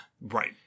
Right